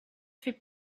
fait